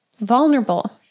vulnerable